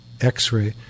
x-ray